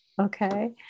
Okay